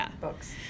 books